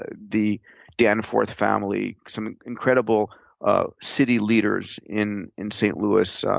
ah the danforth family, some incredible ah city leaders in in st. louis,